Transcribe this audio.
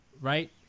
right